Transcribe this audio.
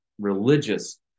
religious